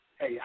Hey